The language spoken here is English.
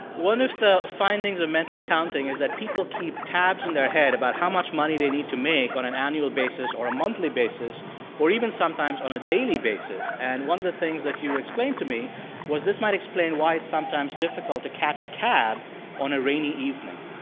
one of the findings of mental accounting is that people keep tabs in their head about how much money they need to make on an annual basis or a monthly basis or even sometimes on a daily basis. and one of the things that you explained to me was this might explain why it's sometimes difficult to catch a cab on a rainy evening.